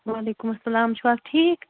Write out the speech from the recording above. وعلیکُم السلام تُہۍ چھِو حظ ٹھیٖک